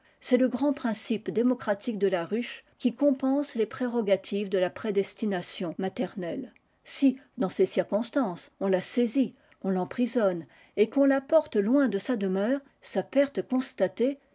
de la prédestination maternelle si dans ces circonstances on la saisit on l'emprisonne et qu'on la porte loin de sa demeure sa perte constatée